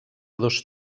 dos